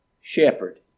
shepherd